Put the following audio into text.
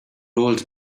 old